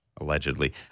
Allegedly